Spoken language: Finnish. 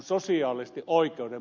pyytäisin ed